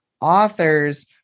authors